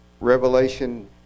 Revelation